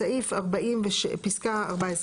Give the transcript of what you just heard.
בסעיף 47,